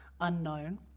unknown